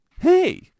hey